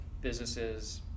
businesses